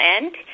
end